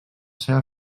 seva